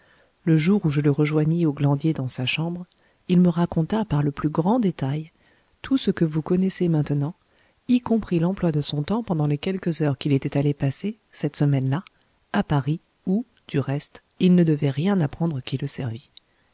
le jour où je le rejoignis au glandier dans sa chambre il me raconta par le plus grand détail tout ce que vous connaissez maintenant y compris l'emploi de son temps pendant les quelques heures qu'il était allé passer cette semaine-là à paris où du reste il ne devait rien apprendre qui le servît